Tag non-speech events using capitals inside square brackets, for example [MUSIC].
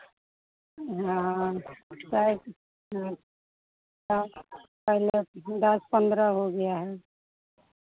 हाँ चाय हाँ [UNINTELLIGIBLE] दस पंद्रह हो गया है